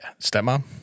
stepmom